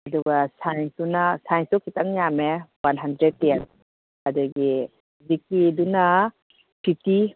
ꯑꯗꯨꯒ ꯁꯥꯏꯟꯁꯇꯨꯅ ꯁꯥꯏꯟꯁꯇꯨ ꯈꯤꯇꯪ ꯌꯥꯝꯃꯦ ꯋꯥꯟ ꯍꯟꯗ꯭ꯔꯦꯠ ꯇꯦꯟ ꯑꯗꯒꯤ ꯖꯤ ꯀꯦꯗꯨꯅ ꯐꯤꯐꯇꯤ